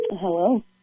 Hello